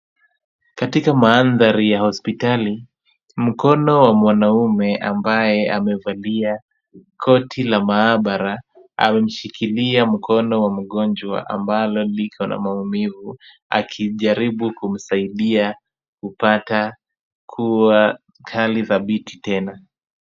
Katika mandhari ya hospitali, mkono wa mwanaume ambaye amevalia koti la maabara, amemshikilia mkono wa mgonjwa ambalo liko na maamivu, akijaribu kumsaidia kupata kuwa hali dhabiti tena.